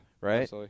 right